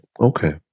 Okay